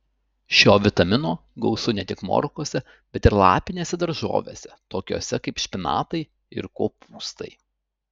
šio vitamino gausu ne tik morkose bet ir lapinėse daržovėse tokiose kaip špinatai ir kopūstai